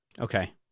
Okay